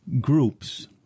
groups